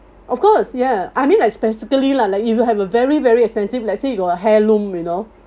of course ya I mean like specifically lah like if you have a very very expensive let's say you got heirloom you know